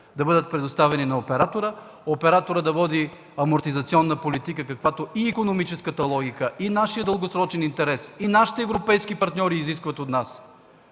да бъдат предоставени на оператора, операторът да води амортизационна политика, каквато е и икономическата логика, и нашият дългосрочен интерес, и нашите европейски партньори изискват от нас.